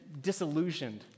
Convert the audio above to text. disillusioned